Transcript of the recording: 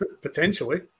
Potentially